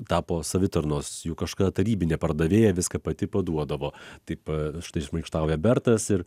tapo savitarnos juk kažkada tarybinė pardavėja viską pati paduodavo taip štai šmaikštauja bertas ir